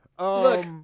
Look